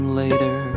later